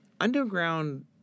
underground